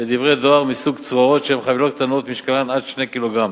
ודברי דואר מסוג צרורות שהן חבילות קטנות ומשקלן עד 2 ק"ג.